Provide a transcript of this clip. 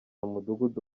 umudugudu